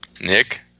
Nick